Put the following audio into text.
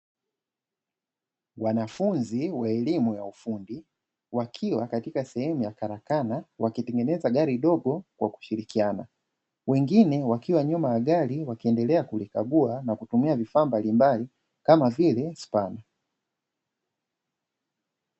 Wanafunzi wa elimu ya ufundi wakiwa katika sehemu ya karakana wakitengeneza gari dogo kwa kushirikiana. Wengine wakiwa nyuma ya gari wakiendelea kulikagua na kutumia vifaa mbalimbali kama vile spana.